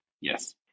Yes